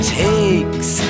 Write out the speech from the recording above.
takes